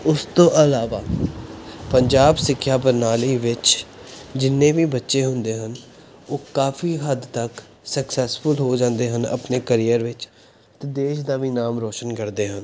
ਉਸ ਤੋਂ ਇਲਾਵਾ ਪੰਜਾਬ ਸਿੱਖਿਆ ਪ੍ਰਣਾਲੀ ਵਿੱਚ ਜਿੰਨੇ ਵੀ ਬੱਚੇ ਹੁੰਦੇ ਹਨ ਉਹ ਕਾਫੀ ਹੱਦ ਤੱਕ ਸਕਸੈਸਫੁੱਲ ਹੋ ਜਾਂਦੇ ਹਨ ਆਪਣੇ ਕਰੀਅਰ ਵਿੱਚ ਅਤੇ ਦੇਸ਼ ਦਾ ਵੀ ਨਾਮ ਰੋਸ਼ਨ ਕਰਦੇ ਹਨ